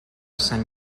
sant